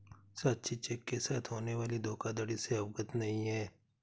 साक्षी cheque के साथ होने वाली धोखाधड़ी से अवगत नहीं है